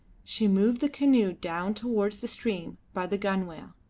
she moved the canoe down towards the stream by the gunwale,